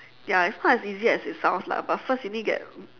ya it's not as easy as it's sounds lah but first you need to get